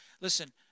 listen